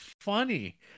funny